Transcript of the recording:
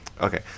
Okay